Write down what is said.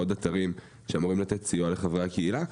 עוד אתרים שאמורים לתת סיוע לחבריי הקהילה.